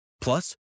Plus